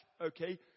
okay